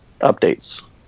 updates